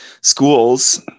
schools